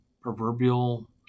proverbial